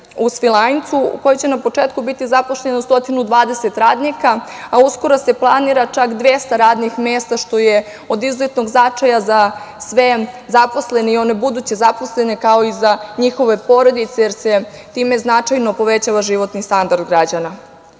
u Svilajncu u kojoj će na početku biti zaposleno 120 radnika, a uskoro se planira čak 200 radnih mesta, što je od izuzetnog značaj za sve zaposlene i one buduće zaposlene, kao i za njihove porodice, jer se time značajno povećava životna standard građana. Od